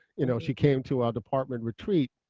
you know she came to our department retreat.